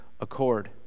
accord